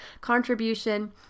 contribution